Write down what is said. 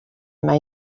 may